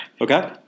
Okay